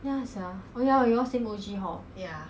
mm